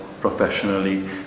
professionally